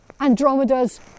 Andromeda's